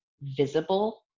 visible